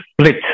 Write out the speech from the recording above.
split